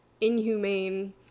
inhumane